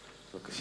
בבקשה.